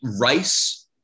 rice